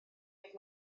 ddydd